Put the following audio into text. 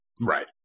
Right